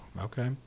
Okay